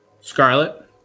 Scarlet